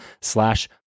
slash